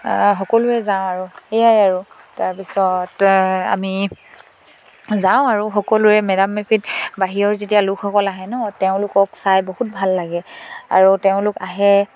সকলোৱে যাওঁ আৰু সেয়াই আৰু তাৰপিছত আমি যাওঁ আৰু সকলোৱে মেডাম মেফিত বাহিৰৰ যেতিয়া লোকসকল আহে ন তেওঁলোকক চাই বহুত ভাল লাগে আৰু তেওঁলোক আহে